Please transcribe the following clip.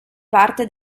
parte